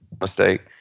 mistake